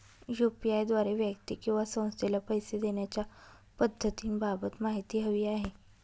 UPI द्वारे व्यक्ती किंवा संस्थेला पैसे देण्याच्या पद्धतींबाबत माहिती हवी आहे